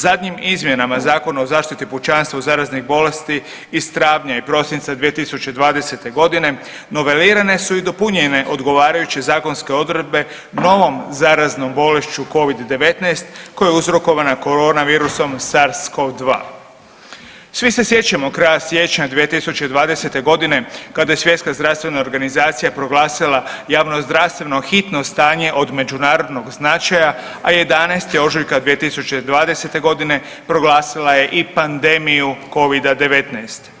Zadnjim izmjenama Zakona o zaštiti pučanstva od zaraznih bolesti iz travnja i prosinca 2020. godine novelirane su i dopunjene odgovarajuće zakonske odredbe novom zaraznom bolešću Covid-19 koja je uzrokovana korona virusom SARS-COV 2. Svi se sjećamo kraja siječnja 2020. godine kada je Svjetska zdravstvena organizacija proglasila javnozdravstveno hitno stanje od međunarodnog značaja, a 11. ožujka 2020. godine proglasila je i pandemiju Covida-19.